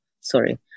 Sorry